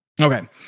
Okay